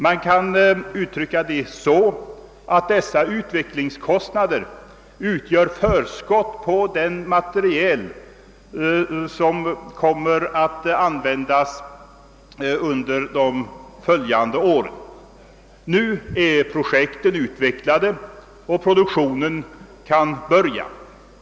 Man kan även uttrycka det så, att dessa utvecklingskostnader utgör förskott på den materiel som kommer ait användas under de följande åren. Nu är projekten utvecklade och produktionen kan börja.